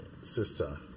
sister